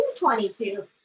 22